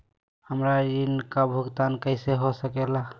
हमरा ऋण का भुगतान कैसे हो सके ला?